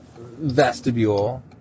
vestibule